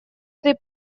этой